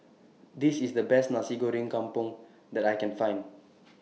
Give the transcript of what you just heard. This IS The Best Nasi Goreng Kampung that I Can Find